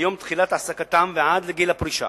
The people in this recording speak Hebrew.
מיום תחילת העסקתם ועד לגיל הפרישה,